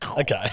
Okay